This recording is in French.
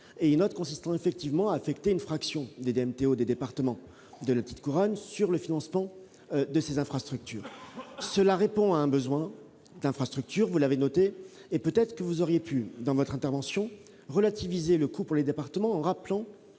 ; l'autre vise effectivement à affecter une fraction des DMTO des départements de la petite couronne au financement de ces infrastructures. Cela répond à un besoin d'infrastructures, vous l'avez noté, mais vous auriez pu également relativiser le coût pour les départements, en rappelant